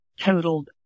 totaled